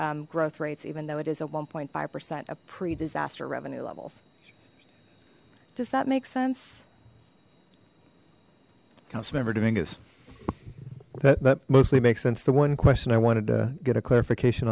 growth rates even though it is a one point five percent of pre disaster revenue levels does that make sense council member dominguez that mostly makes sense the one question i wanted to get a clarification